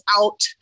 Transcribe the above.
out